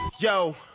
yo